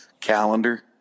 calendar